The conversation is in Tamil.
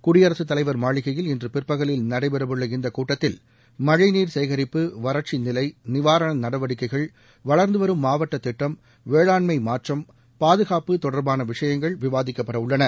குடியரசுத் தலைவர் மாளிகையில் இன்று பிற்பகவில் நடைபெறவுள்ள இந்தக் கூட்டத்தில் மழை நீர் சேகரிப்பு வறட்சி நிலை நிவாரண நடவடிக்கைகள் வளர்ந்துவரும் மாவட்ட திட்டம் வேளாண்மை மாற்றம் பாதுகாப்பு தொடர்பான விஷயங்கள் விவாதிக்கப்பட உள்ளன